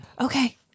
Okay